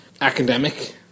academic